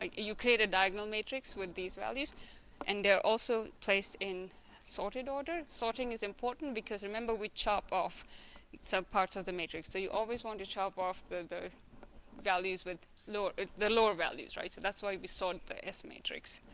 ah you create a diagonal matrix with these values and they're also placed in sorted order sorting is important because remember we chopped off some so parts of the matrix so you always want to chop off the the values with lower. the lower values right so that's why we sort the s matrix